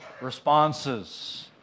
responses